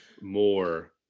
more